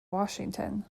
washington